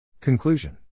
Conclusion